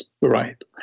right